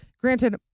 Granted